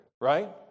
right